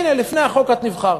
הנה, לפני החוק את נבחרת.